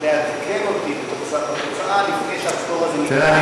לעדכן אותי בתוצאה לפני שהפטור הזה ניתן?